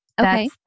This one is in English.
Okay